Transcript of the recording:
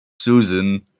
Susan